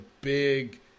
big